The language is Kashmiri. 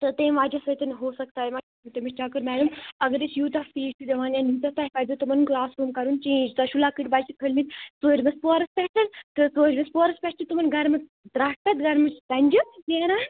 تہٕ تمہِ وجہ سۭتۍ ہوسکتا ہے تٔمِس ما آو چَکر میڈم اگر أسۍ یوٗتاہ فیٖس چھِ دِوان تۄہہِ پَزیو تِمن کٕلاس روٗم کَرُن چینج تۄہہِ چھُو لۄکٕٹۍ بَچہِ خٲلۍ مٕتۍ ژوٗرمِس پوہَرس پیٹھ تہِ ژوٗرِمس پوہَرس پیٹھ چھِ تِمن گَرمہٕ تٕرَٹھ گَرٕمٕچ ژَنجہِ نیران